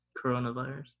coronavirus